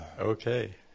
Okay